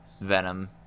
Venom